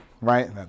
right